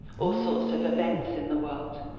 all sorts of event in the world.